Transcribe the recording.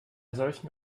solchen